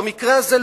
במקרה הזה,